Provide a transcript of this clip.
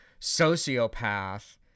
sociopath